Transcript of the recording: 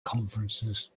conferences